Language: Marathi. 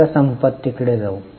आता संपत्तीकडे जाऊ